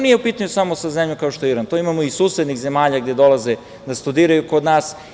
Nije to u pitanju samo sa zemljom kao što je Iran, to imamo iz susednih zemalja gde dolaze da studiraju kod nas.